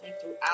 throughout